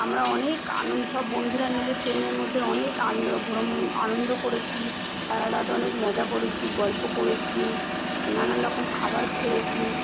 আমরা অনেক আনন সব বন্ধুরা মিলে ট্রেনের মধ্যে অনেক আন্দ ভ্রম আনন্দ করেছি সারা রাত অনেক মজা করেছি গল্প করেছি নানান রকম খাবার খেয়েছি